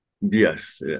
Yes